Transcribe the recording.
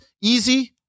easy